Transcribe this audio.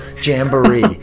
jamboree